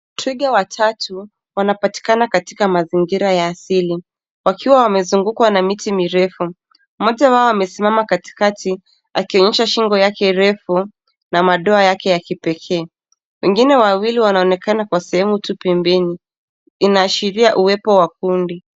Twiga watatu wanapatikana katika mazingira ya asili. Wakiwa wamezungukwa na miti mirefu. Mmoja wao amesimama katikati, akionyesha shingo yake refu na madoa yake ya kipekee. Wengine wawili wanaonekana kwa sehemu tu pembeni, inaashiria uwepo wa kundi.